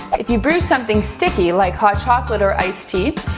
if you brew something sticky, like hot chocolate or iced tea,